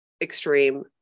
extreme